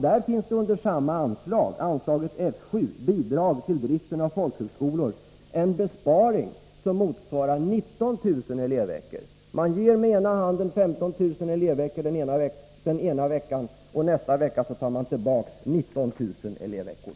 Där finns under samma anslag, anslaget F 7 Bidrag till driften av folkhögskolor m.m., en besparing som motsvarar 19 000 elevveckor. Man ger med ena handen 15 000 elevveckor den ena veckan, och nästa vecka tar man tillbaka 19 000 elevveckor.